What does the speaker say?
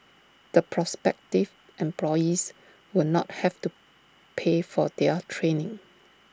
the prospective employees will not have to pay for their training